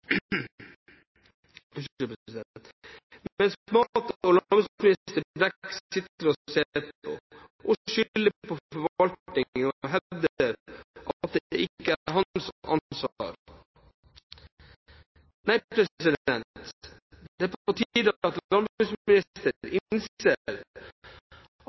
mat- og landbruksminister Brekk sitter og ser på, og skylder på forvaltningen og hevder at det ikke er hans ansvar. Det er på tide at landbruksministeren innser at